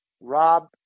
Rob